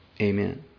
Amen